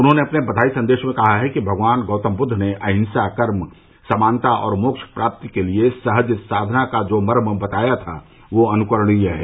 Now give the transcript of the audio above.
उन्होंने अपने बधाई सन्देश में कहा कि भगवान गौतम बुद्ध ने अहिंसा कर्म समानता और मोक्ष प्राप्ति के लिये सहज साधना का जो मर्म बताया था वह अनुकरणीय है